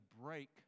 break